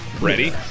Ready